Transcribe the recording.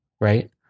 right